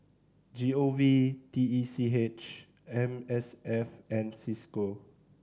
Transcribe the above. G O V T E C H M S F and Cisco